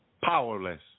Powerless